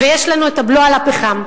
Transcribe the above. ויש לנו הבלו על הפחם.